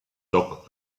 dock